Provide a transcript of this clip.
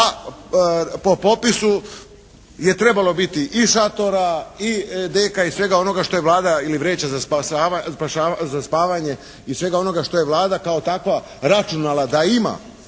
A po popisu je trebalo biti i šatora i deka i svega onoga što je Vlada ili vreća za spavanje i svega onoga što je Vlada kao takva računala da ima